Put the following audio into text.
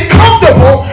comfortable